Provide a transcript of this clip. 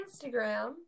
Instagram